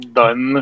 done